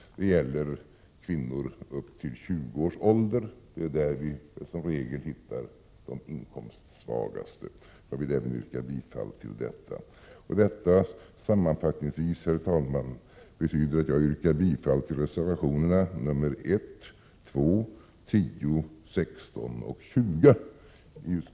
Det gäller kvinnor upp till 20 års ålder — det är där vi som regel hittar de inkomstsvagaste. Jag vill med dessa ord yrka bifall till reservation 16. Detta betyder sammanfattningsvis, herr talman, att jag yrkar bifall till reservationerna nr 1, 2, 10, 16 och 20.